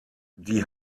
die